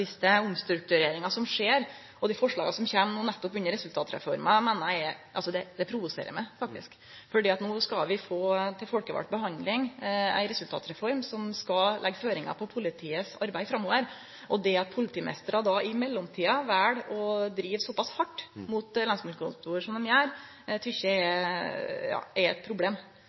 siste, omstruktureringa som skjer, og dei forslaga som kjem no nettopp under resultatreforma, provoserer det meg faktisk. No skal vi få til folkevald behandling ei resultatreform som skal leggje føringar for politiets arbeid framover, og det at politimeistrar då i mellomtida vel å drive såpass hardt overfor lensmannskontor som dei gjer, tykkjer eg er eit problem,